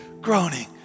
groaning